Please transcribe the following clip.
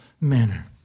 manner